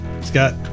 Scott